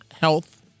health